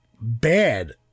bad